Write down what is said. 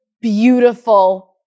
beautiful